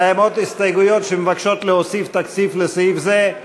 קיימות הסתייגויות שמבקשות להוסיף תקציב לסעיף זה.